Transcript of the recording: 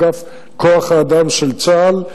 אגף כוח-האדם של צה"ל,